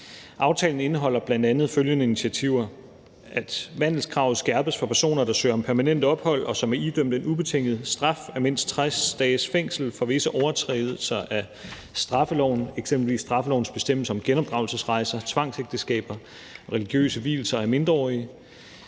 Aftalen indeholder bl.a. følgende initiativer: For det første at skærpe vandelskravet for personer, der søger om permanent ophold, og som er idømt en ubetinget frihedsstraf af mindst 60 dages fængsel for visse overtrædelser af straffeloven, eksempelvis straffelovens bestemmelser om genopdragelsesrejser, tvangsægteskaber og religiøse vielser af mindreårige;